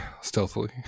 stealthily